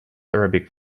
arabic